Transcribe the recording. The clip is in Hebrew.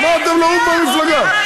אמרתם לו: עוף מהמפלגה.